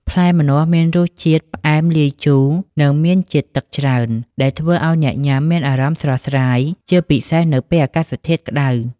ផ្លែម្នាស់មានរសជាតិ ផ្អែមលាយជូរ និងមានជាតិទឹកច្រើន ដែលធ្វើឱ្យអ្នកញ៉ាំមានអារម្មណ៍ស្រស់ស្រាយ ជាពិសេសនៅពេលអាកាសធាតុក្តៅ។